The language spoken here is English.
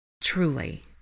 Truly